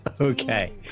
Okay